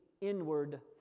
inward